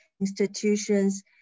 institutions